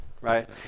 right